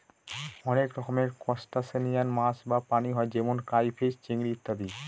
অনেক রকমের ত্রুসটাসিয়ান মাছ বা প্রাণী হয় যেমন ক্রাইফিষ, চিংড়ি ইত্যাদি